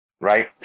right